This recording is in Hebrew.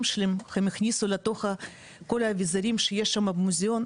שלהם הם הכניסו לתוך כל האביזרים שיש שם במוזיאון,